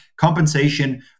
compensation